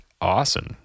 awesome